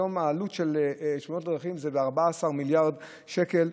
היום העלות של תאונות הדרכים מגיעה ל-14 מיליארד שקל,